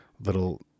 little